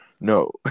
No